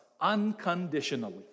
unconditionally